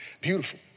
beautiful